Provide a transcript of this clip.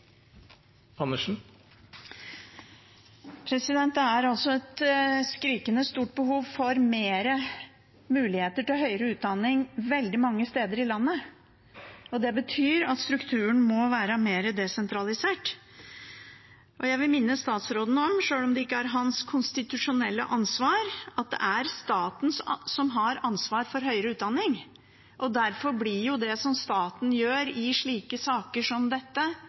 Det er et skrikende stort behov for flere muligheter til høyere utdanning veldig mange steder i landet. Det betyr at strukturen må være mer desentralisert. Jeg vil minne statsråden om – sjøl om det ikke er hans konstitusjonelle ansvar – at det er staten som har ansvar for høyere utdanning, og derfor blir jo det som staten gjør i slike saker som dette,